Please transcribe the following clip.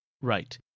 Right